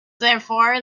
therefore